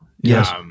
Yes